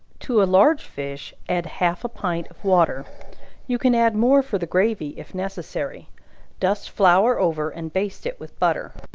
to a large fish add half a pint of water you can add more for the gravy if necessary dust flour over and baste it with butter.